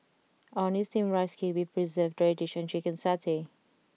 Orh Nee Steamed Rice Cake with Preserved Radish and Chicken Satay